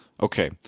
Okay